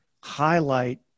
highlight